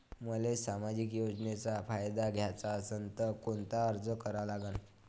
मले सामाजिक योजनेचा फायदा घ्याचा असन त कोनता अर्ज करा लागन?